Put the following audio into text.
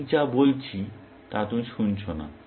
আমি যা বলছি তা তুমি শুনছ না